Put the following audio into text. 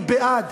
היא בעד,